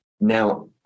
now